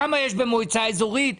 במועצה אזורית?